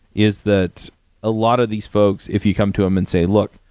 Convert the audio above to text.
is that a lot of these folks, if you come to them and say, look,